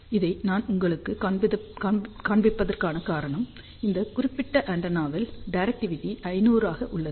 இதை நான் உங்களுக்குக் காண்பிப்பதற்கான காரணம் இந்த குறிப்பிட்ட ஆண்டெனாவில் டைரக்டிவிட்டி 500 ஆக உள்ளது